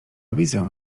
widzę